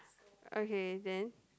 okay then